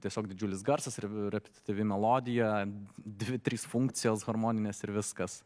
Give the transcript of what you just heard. tiesiog didžiulis garsas ir yra pastovi melodija dvi trys funkcijos hormoninės ir viskas